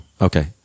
Okay